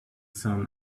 sun